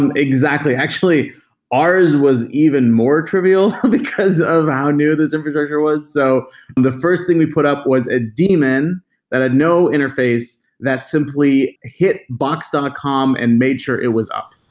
um exactly. actually ours was even more trivial, because of how new this infrastructure was. so the first thing we up was a demon that had no interface that simply hit box dot com and made sure it was up.